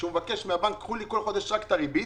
כשהוא מבקש מהבנק: קחו לי בחודש רק את הריבית,